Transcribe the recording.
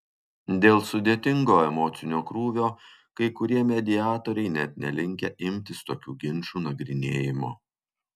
dėl sudėtingo emocinio krūvio kai kurie mediatoriai net nelinkę imtis tokių ginčų nagrinėjimo